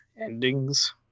endings